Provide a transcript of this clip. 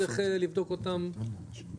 צריך לבדוק את זה